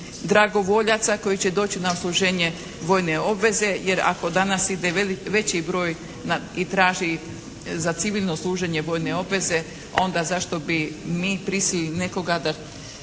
dragovoljaca koji će doći na odsluženje vojne obveze. Jer ako danas ide veći broj i traži za civilno služenje vojne obveze onda zašto bi mi prisili nekoga na